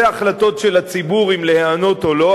זה החלטות של הציבור אם להיענות או לא,